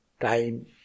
time